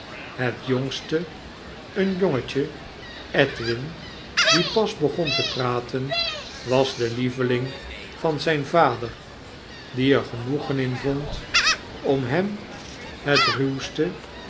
het jongste een jongetje edwin die pas begon te praten was de lieveling van zijn vader die er genoegen in vond om hem het ruwste